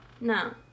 No